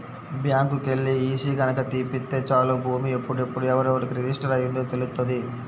బ్యాంకుకెల్లి ఈసీ గనక తీపిత్తే చాలు భూమి ఎప్పుడెప్పుడు ఎవరెవరికి రిజిస్టర్ అయ్యిందో తెలుత్తది